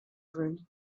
room